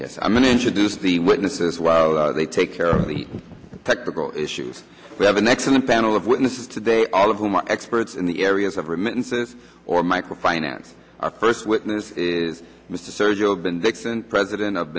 yes i'm going to introduce the witnesses while they take care of the technical issues we have an excellent panel of witnesses today all of whom are experts in the areas of remittances or micro finance our first witness is mr sergio bendixen president